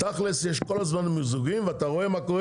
תכלס יש כל הזמן מיזוגים ואתה רואה מה קורה